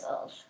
old